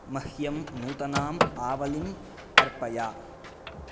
मह्यं नूतनाम् आवलिम् अर्पय